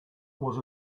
was